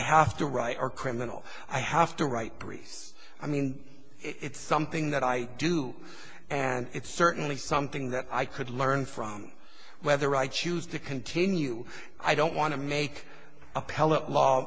have to write or criminal i have to write i mean it's something that i do and it's certainly something that i could learn from whether i choose to continue i don't want to make a pellet law